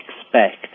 expect